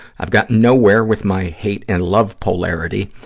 i've gotten nowhere with my hate-and-love polarity.